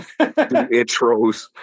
intros